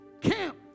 camp